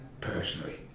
personally